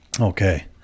okay